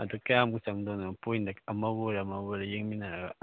ꯑꯗꯣ ꯀꯌꯥꯃꯨꯛ ꯆꯪꯗꯣꯏꯅꯣ ꯄꯣꯏꯟꯗ ꯑꯃꯕꯨ ꯑꯣꯏꯔꯦ ꯑꯃꯕꯨ ꯑꯣꯏꯔꯦ ꯌꯦꯡꯃꯤꯟꯅꯔꯒ